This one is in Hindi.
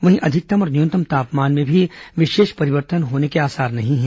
वहीं अधिकतम और न्यूनतम तापमान में भी विशेष परिवर्तन होने के आसार नहीं है